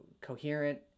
coherent